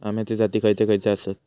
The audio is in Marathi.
अम्याचे जाती खयचे खयचे आसत?